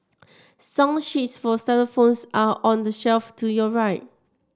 song sheets for xylophones are on the shelf to your right